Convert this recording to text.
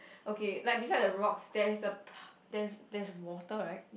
okay like beside the rocks there is a pa~ there's there's water right